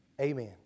Amen